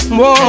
whoa